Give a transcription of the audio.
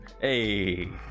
hey